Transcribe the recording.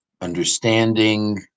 understanding